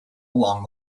along